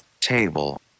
Table